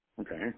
Okay